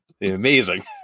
Amazing